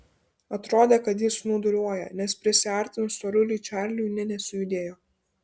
atrodė kad jis snūduriuoja nes prisiartinus storuliui čarliui nė nesujudėjo